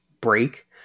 break